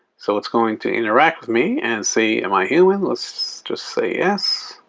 so it's going to interact with me and see am i human. let's just say, yes.